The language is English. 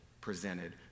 presented